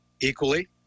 equally